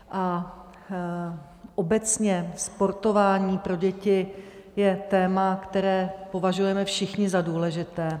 A obecně sportování pro děti je téma, které považujeme všichni za důležité.